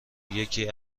یکی